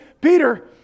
Peter